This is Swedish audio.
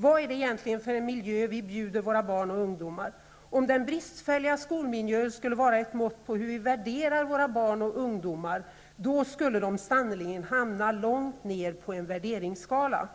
Vad är det egentligen för miljö vi bjuder våra barn och ungdomar? Om den bristfälliga skolmiljön skulle vara ett mått på hur vi värderar våra barn och skolungdomar, då skulle de sannerligen hamna långt ner på en värderingsskala.